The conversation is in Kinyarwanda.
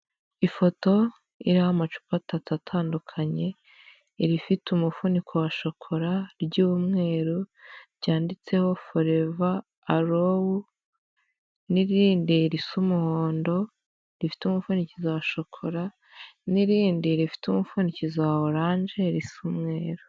Ifoto iriho amacupa atatu atandukanye, irifite umufundiko wa shokora ry'umweru, ryanditseho foreva arowu, n'irindi risa umuhondo, rifite umufundizo wa shokora, n'irindi rifite umufundikizo wa oranje risa umweru.